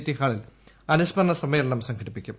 T ഹാളിൽ അനുസ്മരണ സമ്മേളനം സംഘടിപ്പിക്കും